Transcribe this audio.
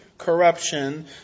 corruption